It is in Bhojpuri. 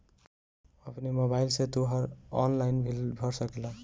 अपनी मोबाइल से तू ऑनलाइन सब बिल भर सकेला